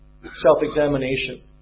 self-examination